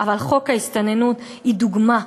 אבל חוק ההסתננות הוא דוגמה.